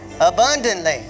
abundantly